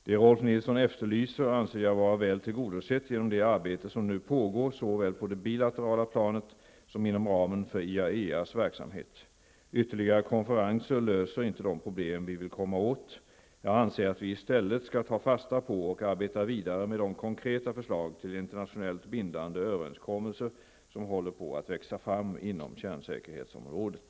Det Rolf Nilson efterlyser anser jag vara väl tillgodosett genom det arbete som nu pågår såväl på det bilaterala planet som inom ramen för IAEAs verksamhet. Ytterligare konferenser löser inte de problem vi vill komma åt. Jag anser att vi i stället skall ta fasta på och arbeta vidare med de konkreta förslag till internationellt bindande överenskommelser som håller på att växa fram inom kärnsäkerhetsområdet.